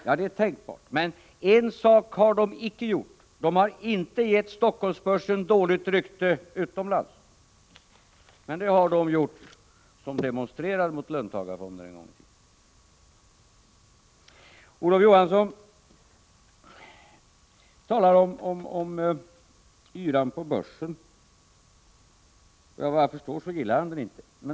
Ja, det är tänkbart, men en sak har de icke gjort: De har inte gett Helsingforssbörsen dåligt rykte utomlands. Men det har de gjort som demonstrerade mot löntagarfonderna en gång i tiden. Olof Johansson talar om yran på börsen. Såvitt jag förstod gillar han inte den.